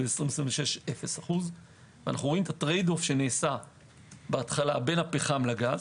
וב-2026 0%. אנו רואים את הטרייד אוף שנעשה בהתחלה בין הפחם לגז.